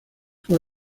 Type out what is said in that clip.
fue